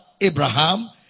Abraham